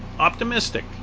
Optimistic